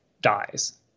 dies